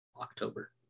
october